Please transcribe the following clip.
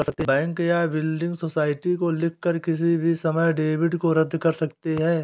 bank या building society को लिखकर किसी भी समय डेबिट को रद्द कर सकते हैं